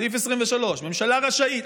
סעיף 23: ממשלה רשאית,